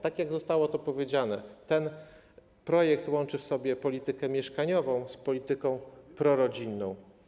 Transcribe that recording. Tak jak zostało powiedziane, ten projekt łączy w sobie politykę mieszkaniową z polityką prorodzinną.